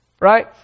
Right